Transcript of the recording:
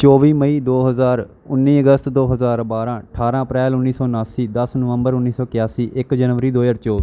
ਚੌਵੀ ਮਈ ਦੋ ਹਜ਼ਾਰ ਉੱਨੀ ਅਗਸਤ ਦੋ ਹਜ਼ਾਰ ਬਾਰ੍ਹਾਂ ਅਠਾਰ੍ਹਾਂ ਅਪ੍ਰੈਲ ਉੱਨੀ ਸੌ ਅਨਾਸੀ ਦੱਸ ਨਵੰਬਰ ਉੱਨੀ ਸੌ ਇਕਿਆਸੀ ਇੱਕ ਜਨਵਰੀ ਦੋ ਹਜ਼ਾਰ ਚੌਵੀ